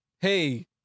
hey